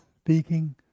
Speaking